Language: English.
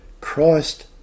Christ